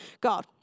God